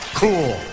cool